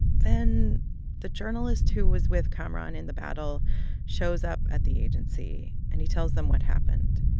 then the journalist who was with kamaran in the battle shows up at the agency, and he tells them what happened.